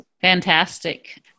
Fantastic